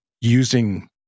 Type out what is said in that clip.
using